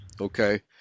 Okay